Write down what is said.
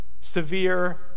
severe